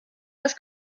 des